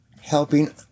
helping